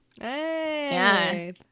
Hey